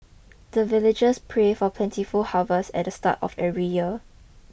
the villagers pray for plentiful harvest at the start of every year